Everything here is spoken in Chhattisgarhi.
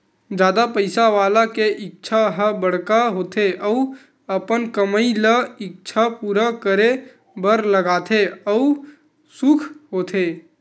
जादा पइसा वाला के इच्छा ह बड़का होथे अउ अपन कमई ल इच्छा पूरा करे बर लगाथे अउ खुस होथे